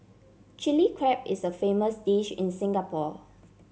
Chilli Crab is a famous dish in Singapore